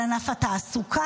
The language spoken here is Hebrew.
על ענף התעסוקה,